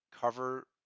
cover